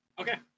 Okay